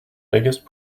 biggest